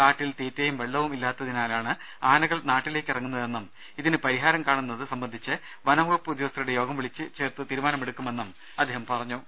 കാട്ടിൽ തീറ്റയും വെള്ളവും ഇല്ലാത്തിനാലാണ് ആനകൾ നാട്ടിലേയ്ക്ക് ഇറങ്ങുന്നതെന്നും ഇതിന് പരിഹാരം കാണുന്നത് സംബന്ധിച്ച് വനം വകുപ്പ് ഉദ്യോഗസ്ഥരുടെ യോഗം വിളിച്ച് ചേർത്ത് തീരുമാനമെടുക്കുമെന്നും അദ്ദേഹം പറഞ്ഞു